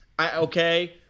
okay